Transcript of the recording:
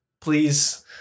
please